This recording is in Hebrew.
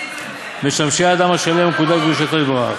משמשי האדם השלם המקודש בקדושתו יתברך.